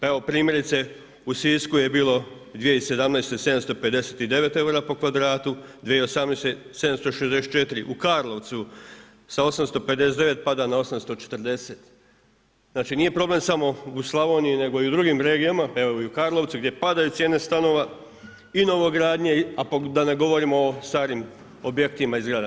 Evo primjerice u Sisku je bilo 2017. 759 eura po kvadratu, 2018. 764, u Karlovcu sa 859 pada na 840, znači nije problem samo u Slavoniji nego i u drugim regijama, evo i u Karlovcu gdje padaju cijene stanova i novogradnje, da ne govorimo o starim objektima i zgradama.